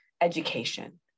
education